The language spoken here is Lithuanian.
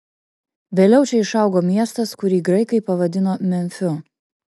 vėliau čia išaugo miestas kurį graikai pavadino memfiu